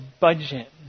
budget